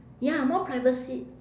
ya more privacy